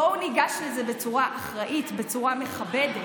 בואו ניגש לזה בצורה אחראית, בצורה מכבדת.